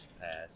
past